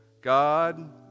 God